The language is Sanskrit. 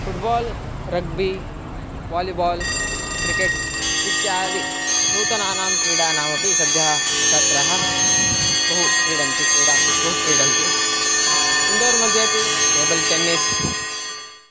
फुट्बाल् रग्बि वालिबाल् क्रिकेट् इत्यादिनूतनानां क्रीडानामपि सद्यः छात्राः बहु क्रीडन्ति क्रीडान् बहु क्रीडन्ति इन्डोर् मध्ये अपि टेबल् टेन्निस्